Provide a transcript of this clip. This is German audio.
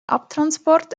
abtransport